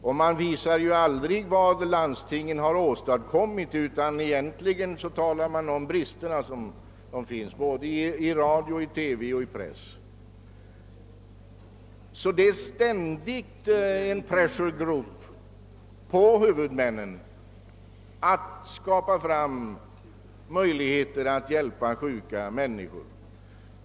Det visas aldrig vad landstingen har åstadkommit utan talas mest om de brister som finns. Pressure groups påverkar ständigt huvudmännen att skapa möjligheter ati hjälpa sjuka människor.